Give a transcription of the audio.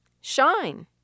Shine